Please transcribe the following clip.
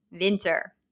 winter